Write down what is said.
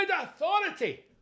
authority